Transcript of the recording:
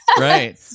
Right